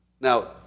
Now